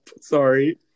Sorry